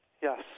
Yes